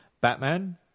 Batman